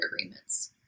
agreements